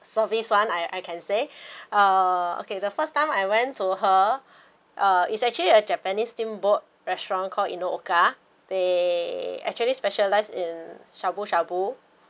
service one I I can say uh okay the first time I went to her uh it's actually a japanese steamboat restaurant called you know Oka they actually specialise in shabu shabu